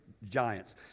giants